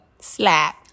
Slap